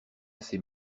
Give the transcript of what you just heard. ces